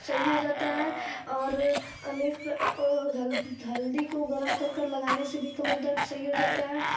सही हो जाता हे और अनेक हल्दी को गर्म करकर लगाने से भी कमर दर्द सही हो जाता हे